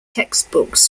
textbooks